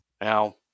Now